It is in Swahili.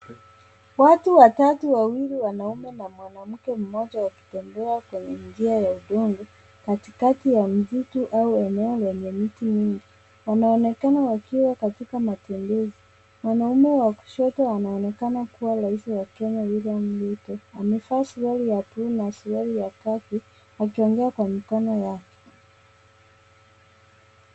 Watu watatu wawili wanaume na mwanamke mmoja wakitembea kwenye njia ya udongo, katikati ya msitu au eneo yenye miti mingi. Wanaonekana wakiwa katika matembezi. Mwanaume wa kushoto anaonekana kuwa rais wa Kenya William Ruto. Amevaa shati ya buluu na suruali ya khaki akiongea kwa mikono yake.